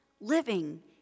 living